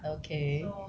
okay